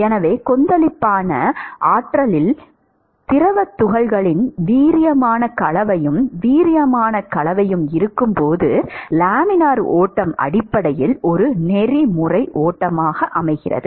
எனவே கொந்தளிப்பான ஆட்சியில் திரவத் துகள்களின் வீரியமான கலவையும் வீரியமான கலவையும் இருக்கும்போது லேமினார் ஓட்டம் அடிப்படையில் ஒரு நெறிமுறை ஓட்டமாகும்